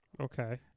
okay